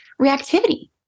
reactivity